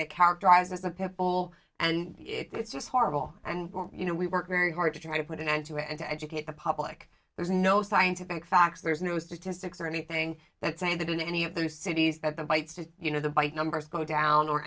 get characterized as a pit bull and it's just horrible and you know we work very hard to try to put an end to it and to educate the public there's no scientific facts there's no statistics or anything that say that in any of those cities that the bites to you know the bite numbers go down or